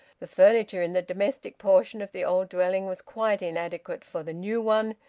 the furniture in the domestic portion of the old dwelling was quite inadequate for the new one,